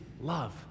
love